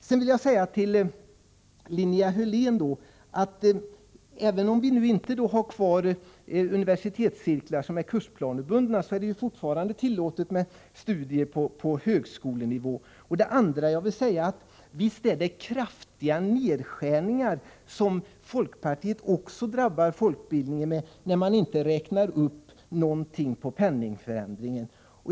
Sedan vill jag till Linnea Hörlén säga att även om vi inte har kvar universitetscirklar som är kursplanebundna är det fortfarande tillåtet med studier på högskolenivå. Vidare: Visst är det kraftiga nedskärningar som också folkpartiet drabbar folkbildningen med när man inte gör någon uppräkning med hänsyn till penningvärdesförsämringen.